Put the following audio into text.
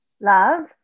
love